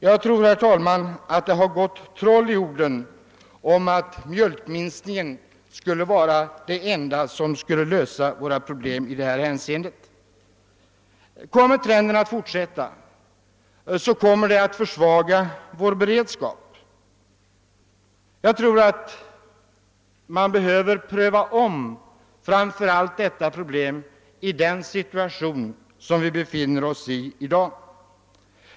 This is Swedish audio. Jag tror det har gått troll i orden när man hävdar att en mjölkproduktionsminskning är det enda som kan lösa dessa problem. Om denna trend fortsätter kommer vår beredskap att försvagas. Jag tror att man måste ompröva detta, framför allt med tanke på den situation, i vilken vi befinner oss i dag.